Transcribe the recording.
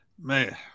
Man